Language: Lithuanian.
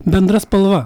bendra spalva